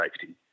safety